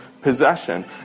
Possession